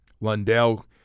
Lundell